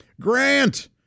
Grant